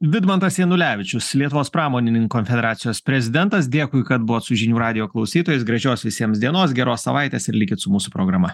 vidmantas janulevičius lietuvos pramonininkų konfederacijos prezidentas dėkui kad buvot su žinių radijo klausytojais gražios visiems dienos geros savaitės ir likit su mūsų programa